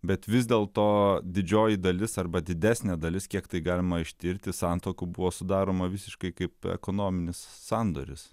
bet vis dėl to didžioji dalis arba didesnė dalis kiek tai galima ištirti santuokų buvo sudaroma visiškai kaip ekonominis sandoris